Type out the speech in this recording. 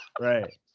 Right